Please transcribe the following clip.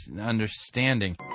understanding